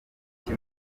iki